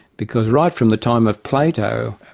because right from the time of plato,